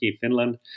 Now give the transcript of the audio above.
Finland